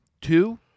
Two